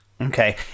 Okay